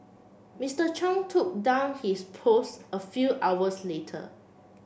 Mister Chung took down his posts a few hours later